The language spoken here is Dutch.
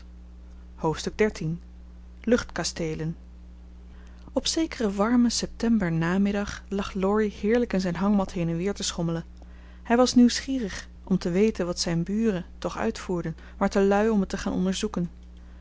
hoofdstuk xiii luchtkasteelen op zekeren warmen september namiddag lag laurie heerlijk in zijn hangmat heen en weer te schommelen hij was nieuwsgierig om te weten wat zijn buren toch uitvoerden maar te lui om het te gaan onderzoeken